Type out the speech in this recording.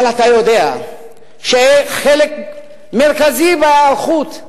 אבל אתה יודע שחלק מרכזי בהיערכות,